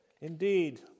Indeed